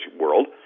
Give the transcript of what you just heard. world